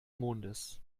mondes